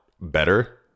better